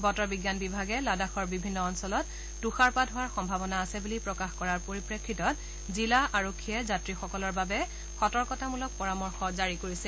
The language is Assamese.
বতৰ বিজ্ঞান বিভাগে লাডাখৰ বিভিন্ন অঞ্চলত তুষাৰপাত হোৱাৰ সম্ভাৱনা আছে বুলি প্ৰকাশ কৰাৰ পৰিপ্ৰেক্ষিতত জিলা আৰক্ষীয়ে যাত্ৰীসকলৰ বাবে সতৰ্কতামূলক পৰামৰ্শ জাৰি কৰিছে